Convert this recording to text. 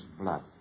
blood